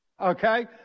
Okay